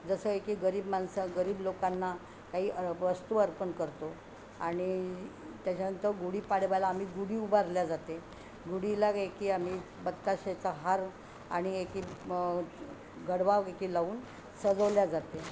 जसं आहे की गरीब माणसं गरीब लोकांना काही वस्तू अर्पण करतो आणि त्याच्यानंतर गुढी पाडव्याला आम्ही गुढी उभारली जाते गुढीला एक की आम्ही बत्ताशाचा हार आणि एकेक गडवावर एक लावून सजवली जाते